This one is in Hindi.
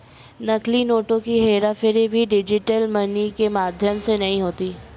नकली नोटों की हेराफेरी भी डिजिटल मनी के माध्यम से नहीं होती